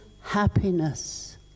happiness